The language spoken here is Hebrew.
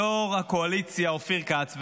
יו"ר הקואליציה אופיר כץ,